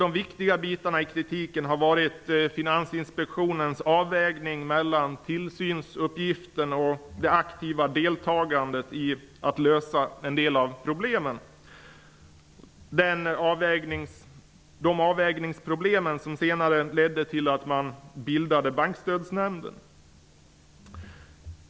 De viktiga bitarna i kritiken har varit Finansinspektionens avvägning mellan tillsynsuppgiften och det aktiva deltagandet i lösandet av en del av problemen. Detta ledde senare till bildandet av Bankstödsnämnden.